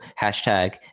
hashtag